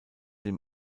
dem